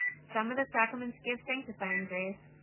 some of the sacraments give sanctifying grace,